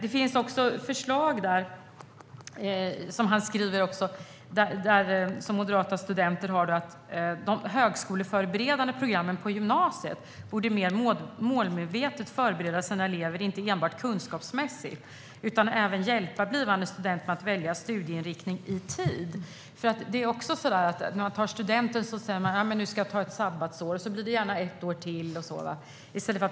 Pär Nyrén skriver också om förslag från Moderata Studenter om att de högskoleförberedande programmen på gymnasiet mer målmedvetet borde förbereda blivande studenter inte enbart kunskapsmässigt utan även hjälpa dem att välja studieinriktning i tid. Många säger när de tar studenten att de ska ta ett sabbatsår. Sedan blir det gärna ett år till.